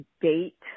date